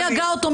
מי הגה אותו?